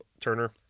Turner